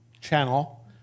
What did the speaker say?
channel